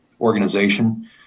organization